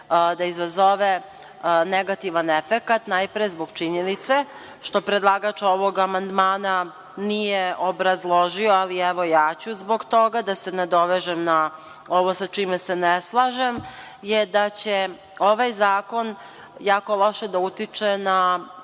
da izazove negativan efekat. Najpre zbog činjenice što predlagač ovog amandmana nije obrazložio, ali evo ja ću zbog toga da se nadovežem na ovo sa čime se ne slažem. Ovo sa čime se ne slažem je da će ovaj zakon jako loše da utiče na